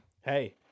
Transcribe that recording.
hey